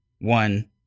one